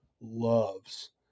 loves